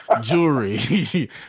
jewelry